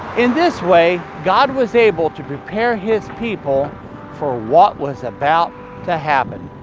in this way, god was able to prepare his people for what was about to happen,